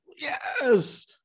Yes